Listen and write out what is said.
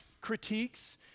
critiques